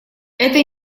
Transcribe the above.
это